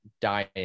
dying